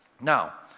Now